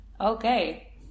Okay